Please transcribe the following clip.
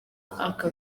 aka